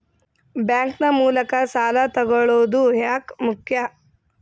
Bank ನ ಮೂಲಕ ಸಾಲ ತಗೊಳ್ಳೋದು ಯಾಕ ಮುಖ್ಯ?